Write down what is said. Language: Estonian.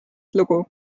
lugu